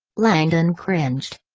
langdon cringed.